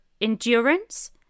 Endurance